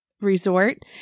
resort